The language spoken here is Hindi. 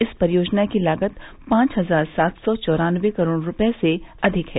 इस परियोजना की लागत पांव हजार सात सौ चौरान्वे करोड़ रूपये से अधिक है